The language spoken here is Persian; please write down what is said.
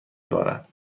بارد